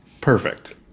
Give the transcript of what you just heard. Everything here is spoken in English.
Perfect